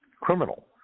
criminal